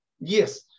Yes